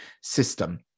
system